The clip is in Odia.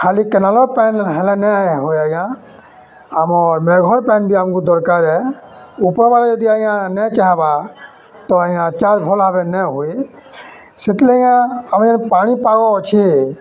ଖାଲି କେନାଲର୍ ପାଏନ୍ ହେଲେ ନାଇଁ ହୁଏ ଆଜ୍ଞା ଆମର୍ ମେଘର୍ ପାଏନ୍ ବି ଆମକୁ ଦର୍କାର୍ ଆଏ ଉପର୍ବାଲା ଆଜ୍ଞା ଯଦି ନେ ଚାହବା ତ ଆଜ୍ଞା ଚାଷ୍ ଭଲ୍ ଭାବେ ନେ ହୁଏ ସେଥିଲାଗି ଆଜ୍ଞା ଆମର୍ ଯେନ ପାଣିପାଗ ଅଛେ